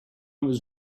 was